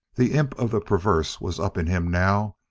the imp of the perverse was up in him now,